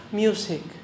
music